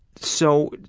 so,